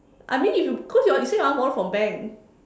I mean if you cause uh you say you want to borrow from bank